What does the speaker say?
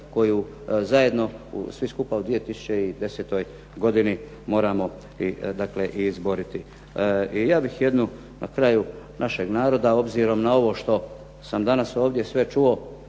koju zajedno svi skupa u 2010. godini moramo i dakle i izboriti. I ja bih jednu na kraju našeg naroda obzirom na ovo što sam danas sve čuo,